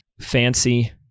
fancy